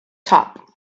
top